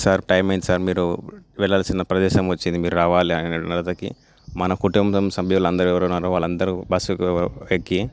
sir time అయ్యింది sir మీరు వెళ్ళాల్సిన ప్రదేశం వచ్చింది మీరు రావాలి అని చెప్పి మన కుటుంబం సభ్యులు అందరూ ఎవరున్నారు వాళ్ళందరూ బస్సు ఎక్కి